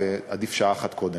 ועדיף שעה אחת קודם.